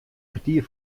kertier